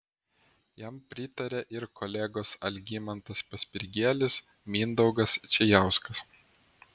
jam pritarė ir kolegos algimantas paspirgėlis mindaugas čėjauskas